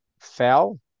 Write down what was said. fell